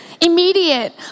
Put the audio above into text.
Immediate